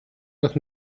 noch